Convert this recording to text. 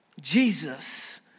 Jesus